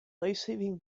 lifesaving